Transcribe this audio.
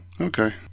Okay